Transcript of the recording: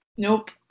Nope